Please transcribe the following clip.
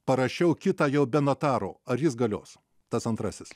parašiau kitą jau be notaro ar jis galios tas antrasis